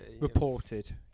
Reported